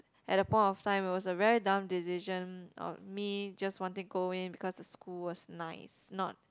at the point of time it was a very dumb decision of me just wanting go in just because the school was nice not